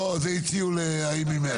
לא, זה הציעו להיא ממרצ.